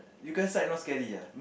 you guys side not scary ah